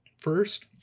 first